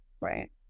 Right